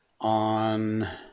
on